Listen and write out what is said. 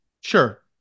Sure